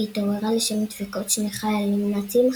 היא התעוררה לשמע דפיקות שני חיילים נאצים,